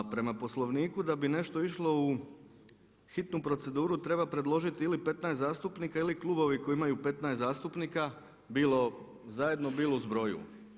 A prema Poslovniku da bi nešto išlo u hitnu proceduru treba predložiti ili 15 zastupnika ili klubovi koji imaju 15 zastupnika, bilo zajedno, bilo u zbroju.